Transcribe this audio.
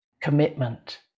commitment